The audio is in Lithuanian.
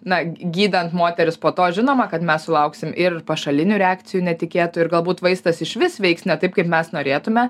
na gydant moteris po to žinoma kad mes sulauksim ir pašalinių reakcijų netikėtų ir galbūt vaistas išvis veiks ne taip kaip mes norėtume